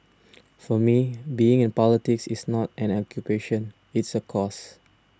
for me being in politics is not an occupation it's a cause